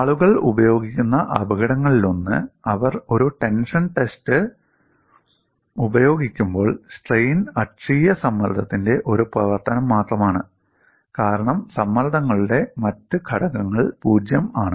ആളുകൾ ഉപയോഗിക്കുന്ന അപകടങ്ങളിലൊന്ന് അവർ ഒരു ടെൻഷൻ ടെസ്റ്റ് ഉപയോഗിക്കുമ്പോൾ സ്ട്രെയിൻ അക്ഷീയ സമ്മർദ്ദത്തിന്റെ ഒരു പ്രവർത്തനം മാത്രമാണ് കാരണം സമ്മർദ്ദങ്ങളുടെ മറ്റ് ഘടകങ്ങൾ 0 ആണ്